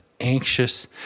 anxious